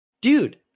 Dude